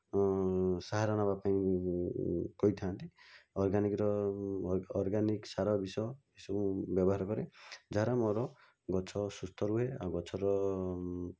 ସାହାରା ନେବା ପାଇଁ କହିଥାନ୍ତି ଅର୍ଗାନିକ୍ର ଅର୍ଗାନିକ୍ ସାର ବିଷ ଏସବୁ ବ୍ୟବହାର ପରେ ଯାହାର ମୋର ଗଛ ସୁସ୍ଥ ରୁହେ ଆଉ ଗଛର